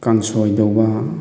ꯀꯥꯡꯁꯣꯏ ꯇꯧꯕ